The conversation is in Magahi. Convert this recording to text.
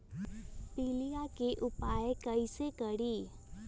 पीलिया के उपाय कई से करी?